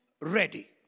ready